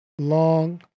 long